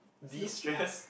distress